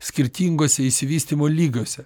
skirtingose išsivystymo lygose